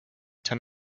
ten